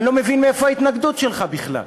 אני לא מבין מאיפה ההתנגדות שלך בכלל.